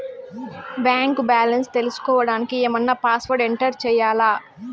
Bank balance తెలుసుకోవడానికి ఏమన్నా password enter చేయాలా?